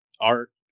art